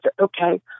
okay